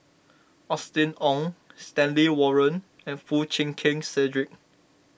Austen Ong Stanley Warren and Foo Chee Keng Cedric